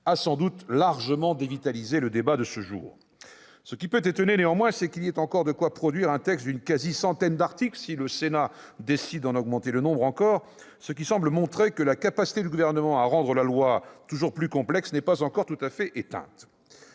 a largement dévitalisé le débat de ce jour. Ce qui peut étonner néanmoins, c'est qu'il y ait encore de quoi produire un texte de près d'une centaine d'articles-si le Sénat décide d'en augmenter encore le nombre. Cela semble montrer que la capacité du Gouvernement à rendre la loi toujours plus complexe n'est pas encore tout à fait éteinte.